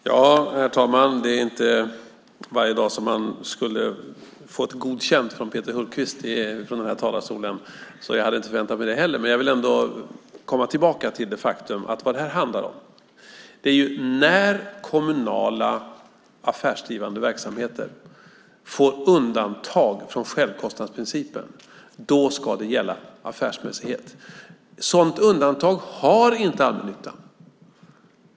Herr talman! Det är inte varje dag man skulle kunna få godkänt av Peter Hultqvist från den här talarstolen, så jag hade inte förväntat mig det heller. Jag vill ändå komma tillbaka till det faktum att vad det här handlar om är när kommunala affärsdrivande verksamheter får undantag från självkostnadsprincipen. Då ska affärsmässighet gälla. Ett sådant undantag har inte allmännyttan.